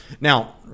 now